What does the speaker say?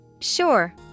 Sure